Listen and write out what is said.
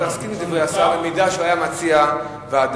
או להסכים לדברי השר במידה שהוא היה מציע ועדה,